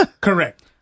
Correct